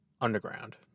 underground